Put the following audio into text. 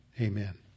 Amen